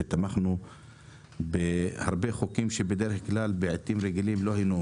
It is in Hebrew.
שתמכנו בהרבה חוקים שבדרך כלל לא היינו